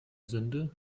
sünde